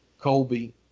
Colby